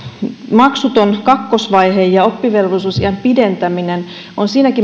maksuton kakkosvaihe ja oppivelvollisuusiän pidentäminen ovat siinäkin